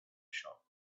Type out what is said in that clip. shop